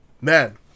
man